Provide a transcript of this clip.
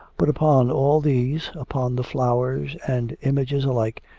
but upon all these, upon the flowers and images alike,